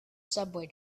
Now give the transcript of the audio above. subway